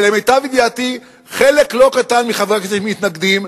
ולמיטב ידיעתי חלק לא קטן מחברי הכנסת מתנגדים,